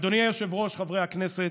אדוני היושב-ראש, חברי הכנסת,